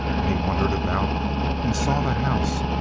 and he wandered about and saw the house,